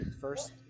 First